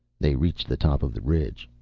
they reached the top of the ridge.